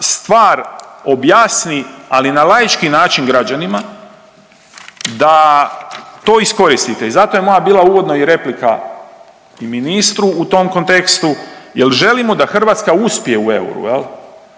stvar objasni ali na laički način građanima da to iskoristite i zato je bila moja uvodna i replika ministru u tom kontekstu jer želimo da Hrvatska uspije u euro,